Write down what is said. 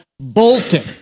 bolting